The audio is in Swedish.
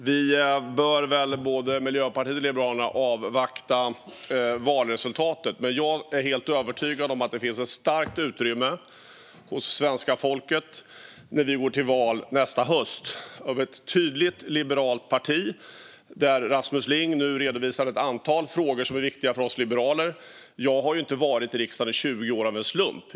Fru talman! Både Miljöpartiet och Liberalerna bör väl avvakta valresultatet. Men jag är helt övertygad om att det, när vi går till val nästa höst, finns ett starkt utrymme hos svenska folket för ett tydligt liberalt parti. Rasmus Ling redovisar nu ett antal frågor som är viktiga för oss liberaler. Jag har inte varit i riksdagen i 20 år av en slump.